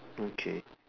okay